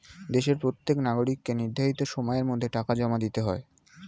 দেশের প্রত্যেক নাগরিককে নির্ধারিত সময়ের মধ্যে টাকা জমা দিতে হয়